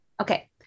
Okay